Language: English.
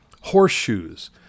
horseshoes